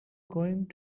going